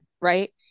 right